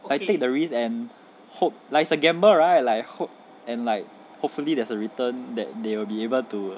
I take the risk and hope like it's a gamble like I hope and like hopefully there's a return that they will be able to